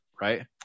right